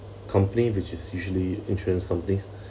complaint which is usually insurance companies